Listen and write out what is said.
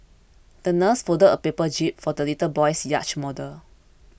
the nurse folded a paper jib for the little boy's yacht model